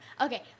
Okay